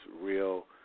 real